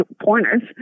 pointers